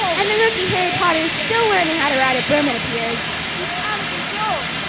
and the rookie harry potter still learning how to ride a broom it appears. he's out of control.